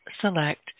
select